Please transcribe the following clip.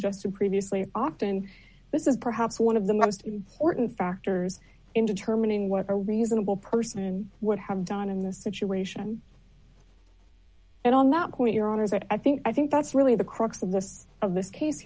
just previously octon this is perhaps one of the most important factors in determining what a reasonable person would have done in this situation and on that point your honor is that i think i think that's really the crux of this of this case